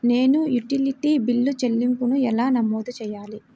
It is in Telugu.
నేను యుటిలిటీ బిల్లు చెల్లింపులను ఎలా నమోదు చేయాలి?